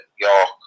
York